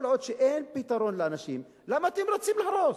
כל עוד אין פתרון לאנשים, למה אתם רצים להרוס?